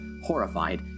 horrified